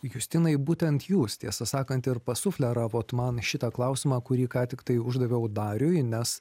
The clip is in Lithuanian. justinai būtent jūs tiesą sakant ir pasufleravot man šitą klausimą kurį ką tik tai uždaviau dariui nes